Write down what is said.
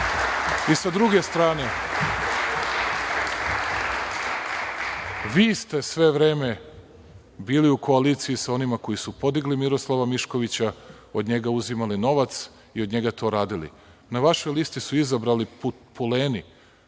I sa druge strane, vi ste sve vreme bili u koaliciji sa onima koji su podigli Miroslava Miškovića, od njega uzimali novac i od njega to radili. Na vašoj listi su izabrani puleni.